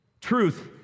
Truth